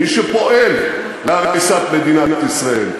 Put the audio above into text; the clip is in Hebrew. מי שפועל להריסת מדינת ישראל,